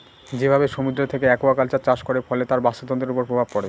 যেভাবে সমুদ্র থেকে একুয়াকালচার চাষ করে, ফলে তার বাস্তুতন্ত্রের উপর প্রভাব পড়ে